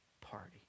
party